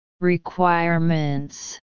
Requirements